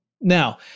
Now